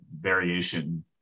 variation